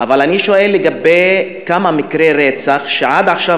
אבל אני שואל לגבי כמה מקרי רצח שעד עכשיו